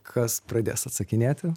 kas pradės atsakinėti